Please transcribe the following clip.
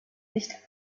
nicht